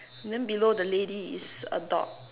then below the lady is a dog